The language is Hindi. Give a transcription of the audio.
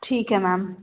ठीक है मैम